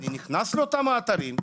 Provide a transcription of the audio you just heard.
אני נכנס לאותם אתרים,